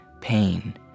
pain